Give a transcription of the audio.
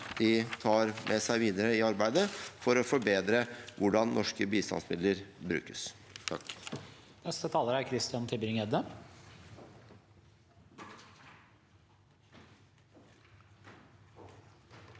de tar med seg videre i arbeidet, for å forbedre hvordan norske bistandsmidler brukes.